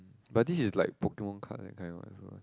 but this is like Pokemon card that kind what so